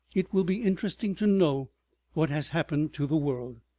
it will be interesting to know what has happened to the world.